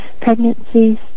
pregnancies